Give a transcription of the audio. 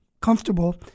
comfortable